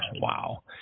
Wow